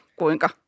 kuinka